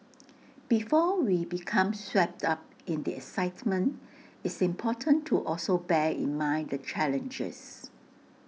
before we become swept up in the excitement it's important to also bear in mind the challenges